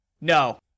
No